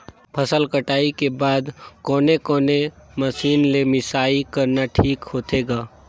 फसल कटाई के बाद कोने कोने मशीन ले मिसाई करना ठीक होथे ग?